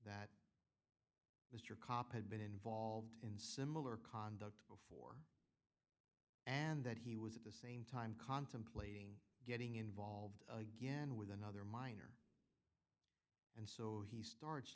mr kopp had been involved in similar conduct and that he was at the same time contemplating getting involved again with another minor and so he starts